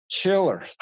killer